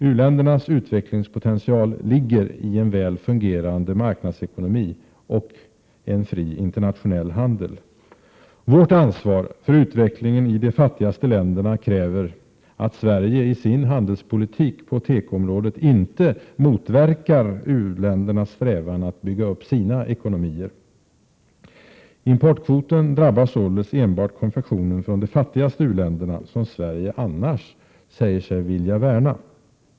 U-ländernas utvecklingspotential ligger i en väl fungerande marknadsekonomi och en fri internationell handel. Vårt ansvar för utvecklingen i de fattigaste länderna kräver att Sverige i sin handelspolitik på tekoområdet inte motverkar u-ländernas strävan att bygga upp sina ekonomier. Importkvoten drabbar således enbart konfektionen från de fattigaste u-länderna som Sverige annars säger sig vilja värna om.